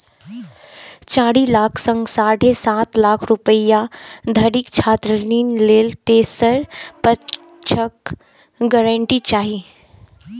चारि लाख सं साढ़े सात लाख रुपैया धरिक छात्र ऋण लेल तेसर पक्षक गारंटी चाही